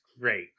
great